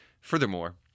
Furthermore